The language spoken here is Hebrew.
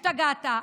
השתגעת,